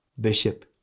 Bishop